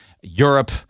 Europe